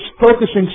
focusing